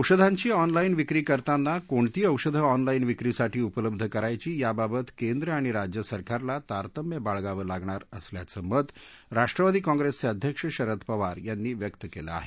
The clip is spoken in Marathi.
औषधांची ऑनलाईन विक्री करताना कोणती औषधं ऑनलाईन विक्रीसाठी उपलब्ध करायची याबाबत केंद्र आणि राज्य सरकारला तारतम्य बाळगावं लागणार असल्याचं मत राष्ट्रवादी काँप्रेसचे अध्यक्ष शरद पवार यांनी व्यक्त केलं आहे